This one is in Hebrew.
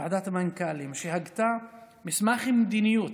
ועדת מנכ"לים, שהגתה מסמך עם מדיניות.